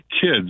kids